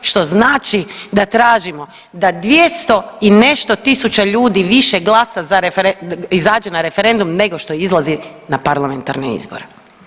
Što znači da tražimo da 200 i nešto tisuća ljudi glasa više za, izađe na referendum nego što izlazi na parlamentarne izbore.